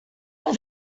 but